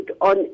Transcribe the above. on